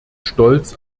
stolz